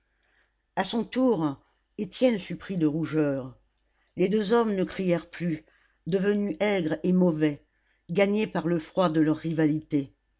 a son tour étienne fut pris de rougeur les deux hommes ne crièrent plus devenus aigres et mauvais gagnés par le froid de leur rivalité